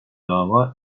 dava